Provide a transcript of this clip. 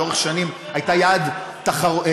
לאורך שנים הייתה יעד תיירותי,